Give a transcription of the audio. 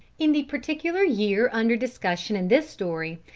in the particular year under discussion in this story,